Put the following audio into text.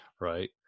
right